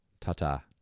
Ta-ta